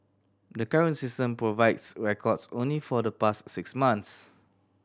the current system provides records only for the past six months